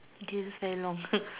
this is very long